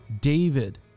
David